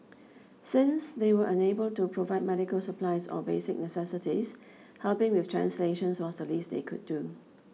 since they were unable to provide medical supplies or basic necessities helping with translations was the least they could do